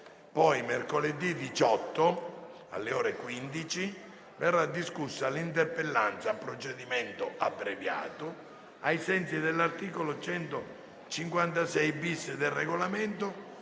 18 settembre, alle ore 15, verrà discussa l'interpellanza a procedimento abbreviato, ai sensi dell'articolo 156-*bis* del Regolamento,